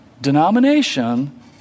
denomination